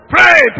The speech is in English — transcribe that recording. Pray